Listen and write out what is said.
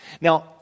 Now